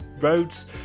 roads